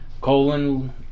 colon